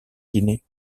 guinée